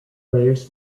players